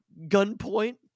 gunpoint